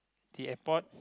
the airport